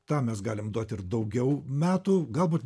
tą mes galim duoti ir daugiau metų galbūt